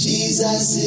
Jesus